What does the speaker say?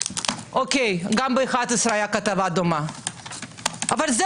גם ב-11 הייתה כתבה דומה.